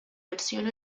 versión